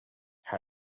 how